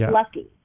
lucky